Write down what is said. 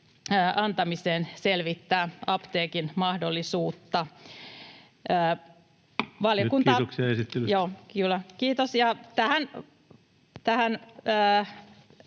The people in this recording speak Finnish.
antamiseen selvittää apteekin mahdollisuutta.